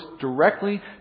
directly